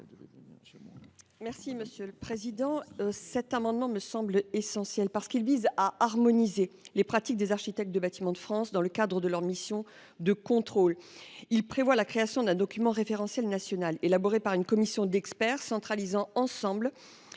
Mme Catherine Belrhiti. Cet amendement, qui me semble essentiel, vise à harmoniser les pratiques des architectes des Bâtiments de France dans le cadre de leur mission de contrôle, par la création d’un document référentiel national, élaboré par une commission d’experts et centralisant un ensemble